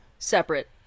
Separate